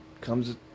Comes